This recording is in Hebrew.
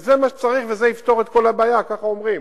זה מה שצריך וזה מה שיפתור את הבעיה, ככה אומרים.